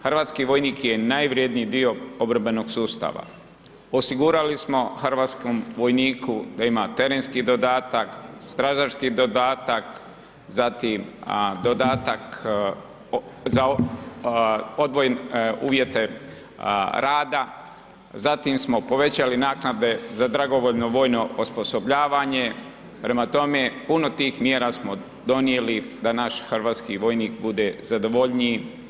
Hrvatski vojnik je najvrjedniji dio obrambenog sustava. osigurali smo hrvatskom vojniku da ima terenski dodatak, stražarski dodatak zatim dodatak za odvojene uvjete rada, zatim smo povećali naknade za dragovoljno-vojno osposobljavanje, prema tome, puno tih mjera smo donijeli da naš hrvatski vojnik bude zadovoljniji.